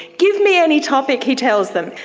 give me any topic, he tells them,